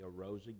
arose